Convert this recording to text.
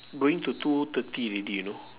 going to two thirty already you know